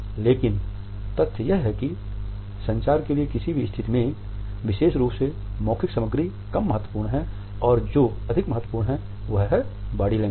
लेकिन तथ्य यह है कि संचार के लिए किसी भी स्थिति में विशेष रूप से मौखिक सामग्री कम महत्वपूर्ण है और जो अधिक महत्वपूर्ण है वह है बॉडी लैंग्वेज